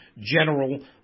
general